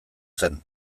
zen